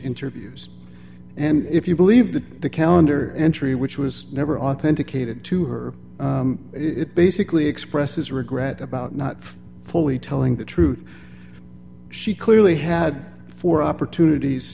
interviews and if you believe that the calendar entry which was never authenticated to her it basically expresses regret about not fully telling the truth she clearly had four opportunities